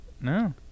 No